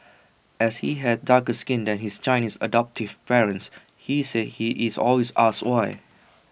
as he has darker skin than his Chinese adoptive parents he said he is always asked why